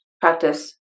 practice